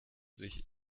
sich